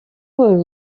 were